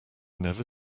never